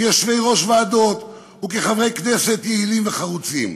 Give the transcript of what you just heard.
כיושבי-ראש ועדות וכחברי כנסת יעילים וחרוצים.